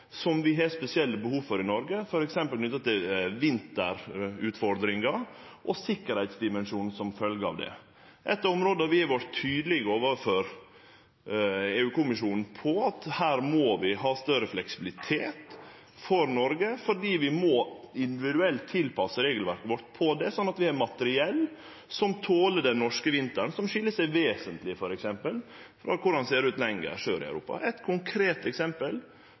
som vi har spesielle behov for i Noreg, f.eks. knytte til utfordringar om vinteren og sikkerheitsdimensjonen som følgje av det. Eit av områda der vi har vore tydelege overfor EU-kommisjonen, er at her må vi ha større fleksibilitet for Noreg fordi vi må individuelt tilpasse regelverket vårt til det, slik at vi har materiell som toler den norske vinteren, som skil seg vesentleg frå korleis han ser ut lenger sør i Europa. – Det er eit konkret eksempel